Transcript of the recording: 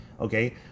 Okay